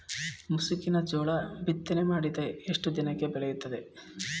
ಮುಸುಕಿನ ಜೋಳ ಬಿತ್ತನೆ ಮಾಡಿದ ಎಷ್ಟು ದಿನಕ್ಕೆ ಬೆಳೆಯುತ್ತದೆ?